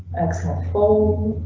excellent full.